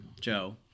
Joe